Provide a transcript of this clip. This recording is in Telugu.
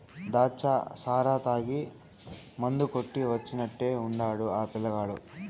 దాచ్చా సారా తాగి మందు కొట్టి వచ్చినట్టే ఉండాడు ఆ పిల్లగాడు